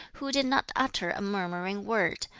who did not utter a murmuring word,